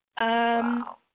Wow